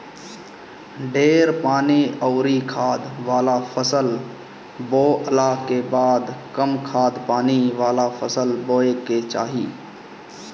ढेर पानी अउरी खाद वाला फसल बोअला के बाद कम खाद पानी वाला फसल बोए के चाही